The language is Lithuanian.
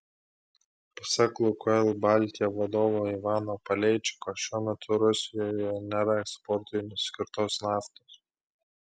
pasak lukoil baltija vadovo ivano paleičiko šiuo metu rusijoje nėra eksportui skirtos naftos